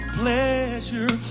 pleasure